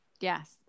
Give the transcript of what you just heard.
Yes